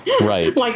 Right